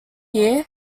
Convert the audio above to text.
year